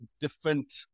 different